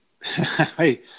Hey